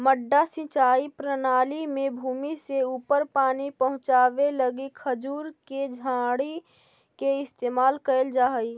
मड्डा सिंचाई प्रणाली में भूमि से ऊपर पानी पहुँचावे लगी खजूर के झाड़ी के इस्तेमाल कैल जा हइ